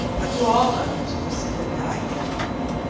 but to all others lucinda died in honor.